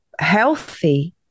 healthy